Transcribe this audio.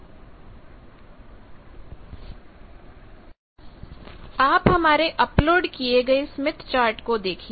०३३३ समय पर स्लाइड देखे आप हमारे अपलोड किए गए स्मिथ चार्ट को देखिए